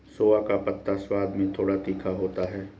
सोआ का पत्ता स्वाद में थोड़ा तीखा होता है